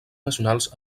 nacionals